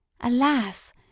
Alas